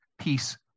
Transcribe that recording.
peace